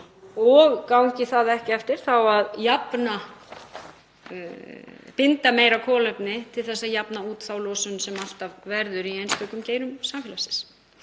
og gangi það ekki eftir, þá að binda meira kolefni til að jafna út þá losun sem alltaf verður í einstökum geirum samfélagsins.